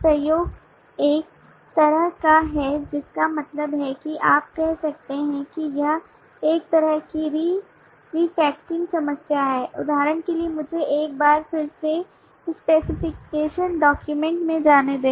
सहयोग एक तरह का है जिसका मतलब है कि आप कह सकते हैं कि यह एक तरह की री रिफैक्टिंग समस्या है उदाहरण के लिए मुझे एक बार फिर से स्पेसिफिकेशन डॉक्यूमेंट में जाने दें